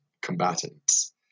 combatants